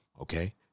Okay